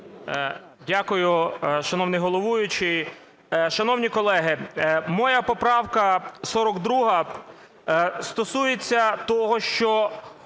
Дякую, шановний головуючий. Шановні колеги, моя поправка 42 стосується того, що